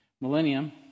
Millennium